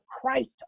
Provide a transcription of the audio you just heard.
Christ